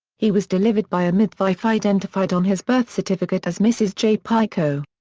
he was delivered by a midwife identified on his birth certificate as mrs. j. pico.